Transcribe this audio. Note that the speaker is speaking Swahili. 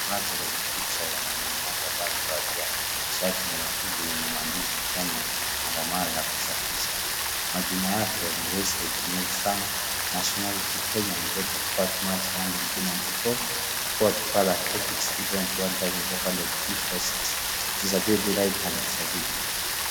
Hapa ni picha ya mwanaume mmoja ambaye amevalia shati yenye maandishi Kenya ya kusafisha, majina yake ni Wesley Kimathi Sang, nationality ni Kenyan, date of birth march 1994, sport para athletics, event;1500G46, disability right hand and disability .